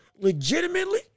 legitimately